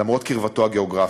למרות קרבתם הגיאוגרפית.